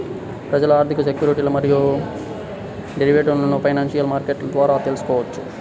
ప్రజలు ఆర్థిక సెక్యూరిటీలు మరియు డెరివేటివ్లను ఫైనాన్షియల్ మార్కెట్ల ద్వారా తెల్సుకోవచ్చు